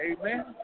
amen